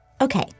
Okay